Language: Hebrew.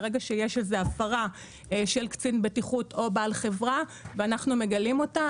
ברגע שיש הפרה של קצין בטיחות או בעל חברה ואנחנו מגלים אותה,